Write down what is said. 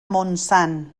montsant